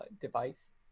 device